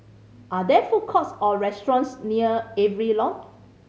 are there food courts or restaurants near Avery Lodge